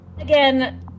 Again